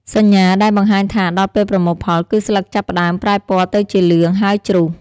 សញ្ញាដែលបង្ហាញថាដល់ពេលប្រមូលផលគឺស្លឹកចាប់ផ្តើមប្រែពណ៌ទៅជាលឿង ហើយជ្រុះ។